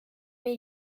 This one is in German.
mir